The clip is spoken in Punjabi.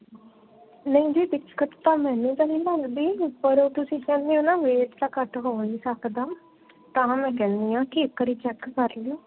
ਨਹੀਂ ਜੀ ਦਿੱਕਤ ਤਾਂ ਮੈਨੂੰ ਤਾਂ ਨਹੀਂ ਲੱਗਦੀ ਉੱਪਰ ਤੁਸੀਂ ਕਹਿੰਦੇ ਹੋ ਨਾ ਵੇਟ ਤਾਂ ਘੱਟ ਹੋ ਨਹੀਂ ਸਕਦਾ ਤਾਂ ਮੈਂ ਕਹਿੰਦੀ ਹਾਂ ਕਿ ਇੱਕ ਵਾਰੀ ਚੈੱਕ ਕਰ ਲਿਓ